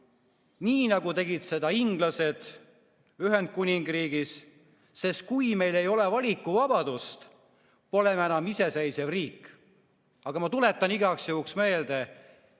nii nagu tegid seda inglased Ühendkuningriigis. Sest kui meil ei ole valikuvabadust, pole me enam iseseisev riik. Aga ma tuletan igaks juhuks meelde: